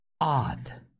Odd